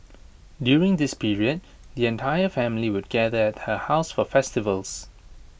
during this period the entire family would gather at her house for festivals